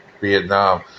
Vietnam